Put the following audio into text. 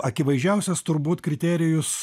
akivaizdžiausias turbūt kriterijus